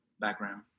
background